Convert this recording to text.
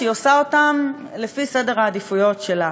שהיא עושה אותה לפני סדר העדיפויות שלה,